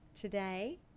today